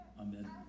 Amen